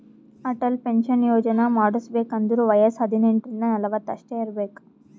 Atal pension Yojana ಮಾಡುಸ್ಬೇಕ್ ಅಂದುರ್ ವಯಸ್ಸ ಹದಿನೆಂಟ ರಿಂದ ನಲ್ವತ್ ಅಷ್ಟೇ ಇರ್ಬೇಕ್